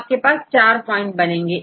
तो आप 4 पॉइंट बनाएंगे